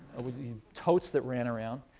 it was the totes that ran around.